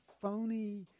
phony